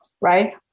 right